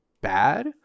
bad